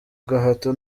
gahato